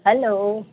hello